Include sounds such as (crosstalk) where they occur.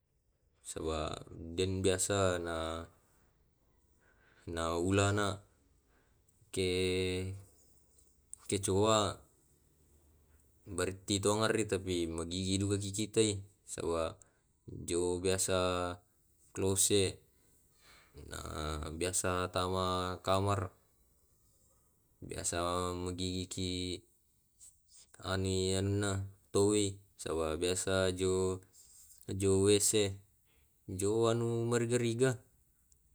Saba deng biasa na na ula na ke (hesitation) kecoa baritti tonganri tapi magigi tongan ki kitai saba jo biasa klose na biasa tama kamar biasa magigi ki ani ana toi saba biasa jo jo wc jo anu ma riga-riga